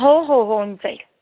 हो हो होऊन जाईल